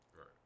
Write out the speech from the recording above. Right